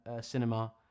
cinema